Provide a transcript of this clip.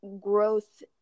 growth